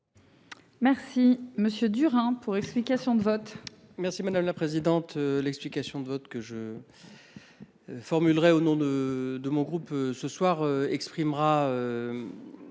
Merci Monsieur Durand pour explication de vote. Merci madame la présidente. L'explication de vote que je. Formulerai au nom de de mon groupe ce soir exprimera.